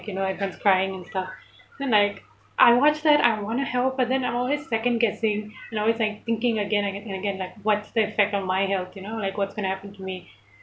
you know everyone's crying and stuff then like I watch that I wanna help but then I always second guessing you know it's like thinking again again and again like what's the effect on my health you know like what's going to happen to me